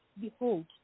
behold